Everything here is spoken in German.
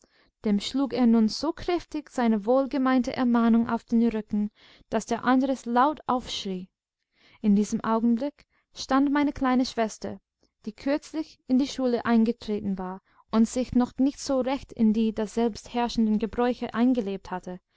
dem schlug er nun so kräftig seine wohlgemeinte ermahnung auf den rücken daß der andres laut aufschrie in diesem augenblick stand meine kleine schwester die kürzlich in die schule eingetreten war und sich noch nicht so recht in die daselbst herrschenden gebräuche eingelebt hatte